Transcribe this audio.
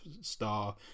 star